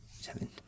Seven